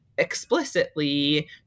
explicitly